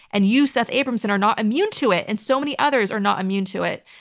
and you, seth abramson, are not immune to it, and so many others are not immune to it.